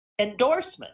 endorsement